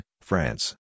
France